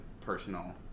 personal